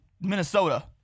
Minnesota